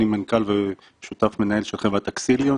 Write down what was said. אני מנכ"ל ושותף מנהל של חברת אקסיליון.